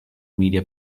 media